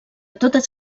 totes